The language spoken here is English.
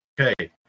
Okay